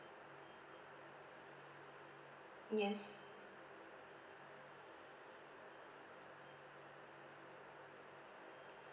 yes